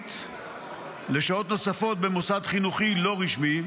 התוכנית לשעות נוספות במוסד חינוכי לא רשמי,